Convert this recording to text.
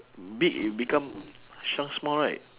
big is become shrunk small right